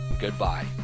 goodbye